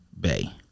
Bay